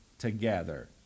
Together